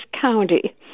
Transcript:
County